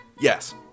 Yes